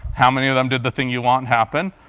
how many of them did the thing you want happen,